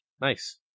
Nice